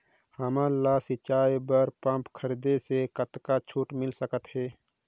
हमन ला सिंचाई बर पंप खरीदे से कतका छूट मिल सकत हे?